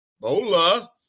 bola